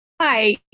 Hi